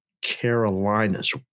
Carolinas